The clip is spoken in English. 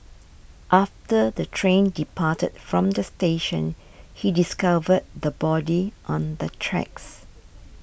after the train departed from the station he discovered the body on the tracks